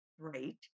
great